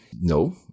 No